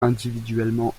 individuellement